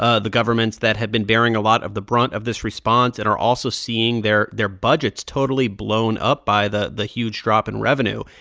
ah the governments that have been bearing a lot of the brunt of this response and are also seeing their their budgets totally blown up by the the huge drop in revenue.